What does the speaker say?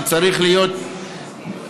שצריך להיות בדו-קיום,